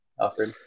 Alfred